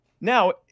now